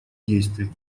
действий